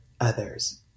others